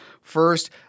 First